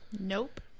Nope